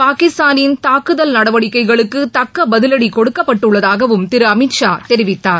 பாகிஸ்தானின் தாக்குதல் நடவடிக்கைகளுக்குதக்கபதிலடிகொடுக்கப்பட்டுள்ளதாகவும் திருஅமீத் ஷா தெரிவித்தார்